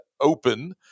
open